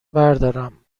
بردارم